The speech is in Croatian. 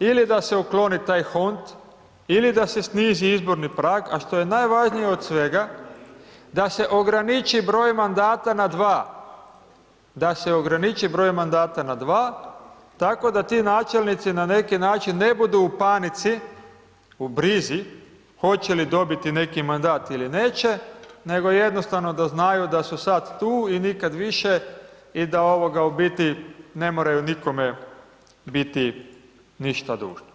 ili da se ukloni taj hont ili da se snizi izborni prag, a što je najvažnije od svega da se ograniči broj mandata na dva, da se ograniči broj mandata na dva, tako da ti načelnici na neki način ne budu u panici, u brizi, hoće li dobiti neki mandat ili neće, nego jednostavno da znaju da su sad tu i nikad više i da u biti ne moraju nikome biti ništa dužni.